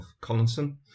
Collinson